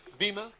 Bima